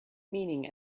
meaning